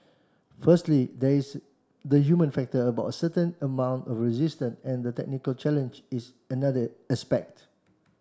firstly there is the human factor about certain amount of resistance and the technical challenge is another aspect